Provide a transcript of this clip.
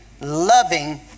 loving